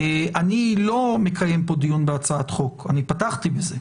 איני מקיים דיון בהצעת חוק ופתחתי הדיון באמירה זו.